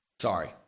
Sorry